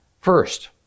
First